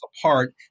apart